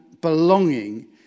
belonging